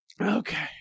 Okay